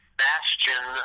bastion